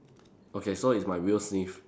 okay so it's by Will Smith